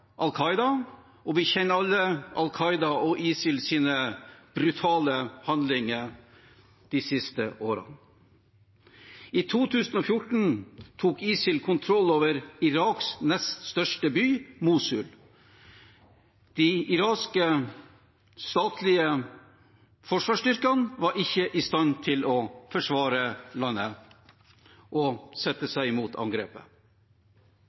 og vi kjenner alle Al Qaidas og ISILs brutale handlinger de siste årene. I 2014 tok ISIL kontroll over Iraks nest største by, Mosul. De irakiske statlige forsvarsstyrkene var ikke i stand til å forsvare landet og sette seg imot angrepet.